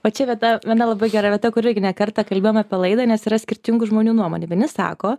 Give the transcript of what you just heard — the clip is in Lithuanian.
o čia vieta viena labai gera vieta kur irgi ne kartą kalbėjom apie laidą nes yra skirtingų žmonių nuomonė vieni sako